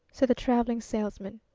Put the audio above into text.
said the traveling salesman.